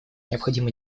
необходимо